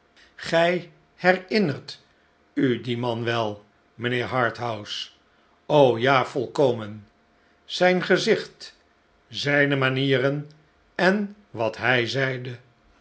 gij herinnert u dien man wel mijnheer harthouse ja volkomen zijn gezicht zijne manieren en wat hij zeide